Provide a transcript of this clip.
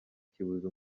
kibuze